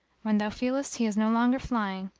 when thou feelest he is no longer flying,